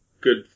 good